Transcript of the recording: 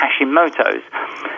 Hashimoto's